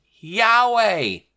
Yahweh